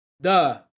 duh